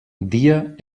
dia